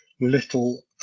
little